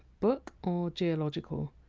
book or geological?